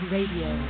Radio